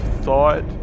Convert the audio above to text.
thought